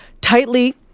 tightly